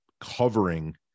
covering